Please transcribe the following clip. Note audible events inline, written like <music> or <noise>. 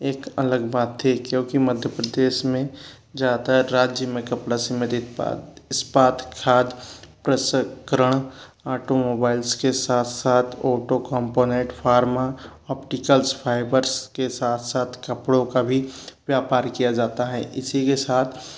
एक अलग बात थी क्योंकि मध्य प्रदेश में ज़्यादा राज्य में कपड़ा <unintelligible> इस्पात खाद प्रसंस्करण आंटो मोबाइल्स के साथ साथ auto component pharma opticals fibres fibres के साथ साथ कपड़ों का भी व्यापार किया जाता है इसी के साथ